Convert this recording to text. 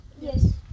Yes